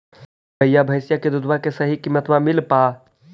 गईया भैसिया के दूधबा के सही किमतबा मिल पा?